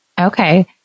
Okay